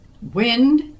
wind